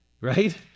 Right